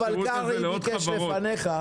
אבל קרעי ביקש לפניך.